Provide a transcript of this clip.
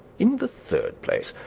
in the third place,